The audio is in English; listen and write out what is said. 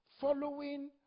following